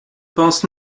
pense